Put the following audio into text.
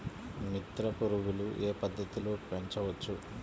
మిత్ర పురుగులు ఏ పద్దతిలో పెంచవచ్చు?